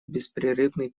беспрерывный